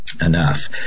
enough